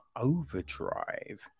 Overdrive